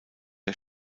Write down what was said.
der